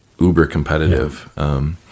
uber-competitive